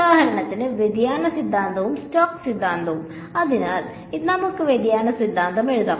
ഉദാഹരണത്തിന് വ്യതിയാന സിദ്ധാന്തവും സ്റ്റോക്സ് സിദ്ധാന്തവും ശരിയാണ് അതിനാൽ നമുക്ക് വ്യതിയാന സിദ്ധാന്തം എഴുതാം